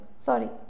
sorry